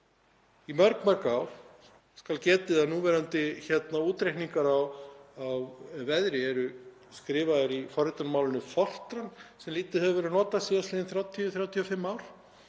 í mörg ár. Þess skal getið að núverandi útreikningar á veðri eru skrifaðir í forritunarmálinu Fortran sem lítið hefur verið notað síðastliðin 30–35 ár